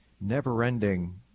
never-ending